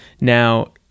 Now